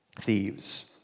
thieves